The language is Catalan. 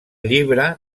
llibre